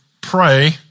pray